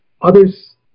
others